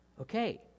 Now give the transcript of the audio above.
Okay